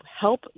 help